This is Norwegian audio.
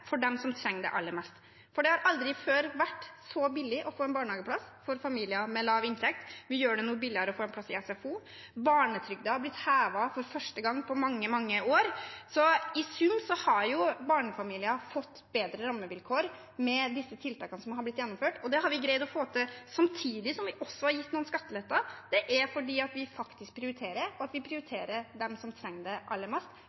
for dem som trenger det aller mest. For det har aldri før vært så billig å få en barnehageplass for familier med lav inntekt. Vi gjør det nå billigere å få en plass i SFO. Barnetrygden har blitt hevet for første gang på mange, mange år. Så i sum har barnefamilier fått bedre rammevilkår med disse tiltakene som har blitt gjennomført. Og det har vi greid å få til samtidig som vi også har gitt noen skatteletter. Det er fordi vi faktisk prioriterer, og vi prioriterer dem som trenger det aller mest,